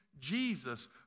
Jesus